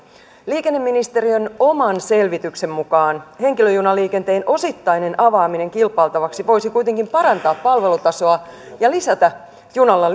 liikenneministeriön oman selvityksen mukaan henkilöjunaliikenteen osittainen avaaminen kilpailtavaksi voisi kuitenkin parantaa palvelutasoa ja lisätä junalla